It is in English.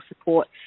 support